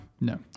No